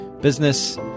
business